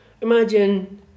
imagine